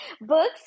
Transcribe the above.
books